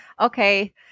Okay